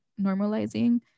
normalizing